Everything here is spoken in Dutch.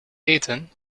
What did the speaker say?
eten